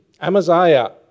Amaziah